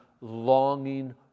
longing